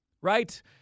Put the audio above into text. right